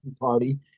party